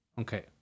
Okay